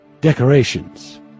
decorations